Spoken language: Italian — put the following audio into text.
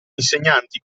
insegnanti